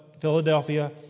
Philadelphia